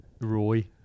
Roy